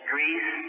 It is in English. Greece